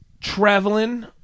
traveling